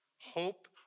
hope